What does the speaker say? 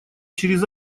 через